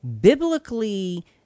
biblically